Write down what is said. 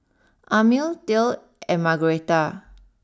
Amil Dale and Margueritta